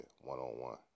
one-on-one